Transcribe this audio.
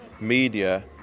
media